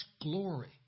glory